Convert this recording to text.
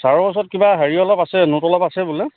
ছাৰৰ ওচৰত কিবা হেৰি অলপ আছে নোট অলপ আছে বোলে